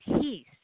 peace